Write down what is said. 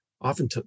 often